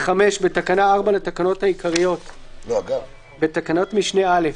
5. בתקנה 4 לתקנות העיקריות ־ (1)בתקנת משנה (א),